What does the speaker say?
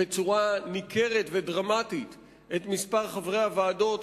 בצורה ניכרת ודרמטית את מספר חברי הוועדות,